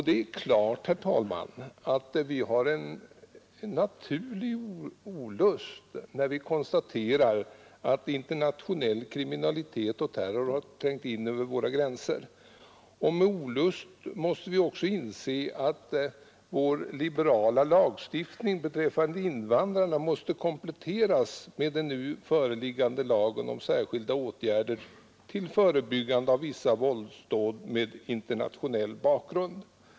Det är klart, herr talman, att vi känner en naturlig olust när vi konstaterar att internationell kriminalitet och terror har trängt in över våra gränser. Med olust måste vi också inse att vår liberala lagstiftning beträffande invandrarna måste kompletteras med den nu föreliggande lagen om särskilda åtgärder till förebyggande av vissa våldsdåd med internationell bakgrund.